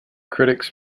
critics